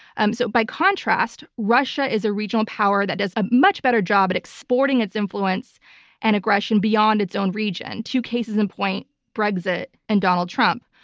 um so by contrast, russia is a regional power that does a much better job at exporting its influence and aggression beyond its own region to cases in point, brexit and donald trump.